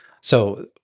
So-